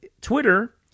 Twitter